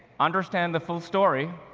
understand the full story.